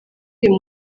uyu